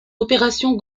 opération